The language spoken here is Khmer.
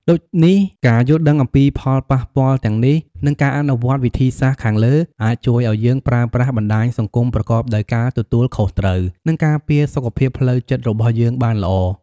ដូចនេះ ការយល់ដឹងអំពីផលប៉ះពាល់ទាំងនេះ និងការអនុវត្តវិធីសាស្រ្តខាងលើ អាចជួយឱ្យយើងប្រើប្រាស់បណ្ដាញសង្គមប្រកបដោយការទទួលខុសត្រូវ និងការពារសុខភាពផ្លូវចិត្តរបស់យើងបានល្អ។